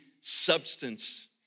substance